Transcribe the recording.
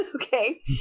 Okay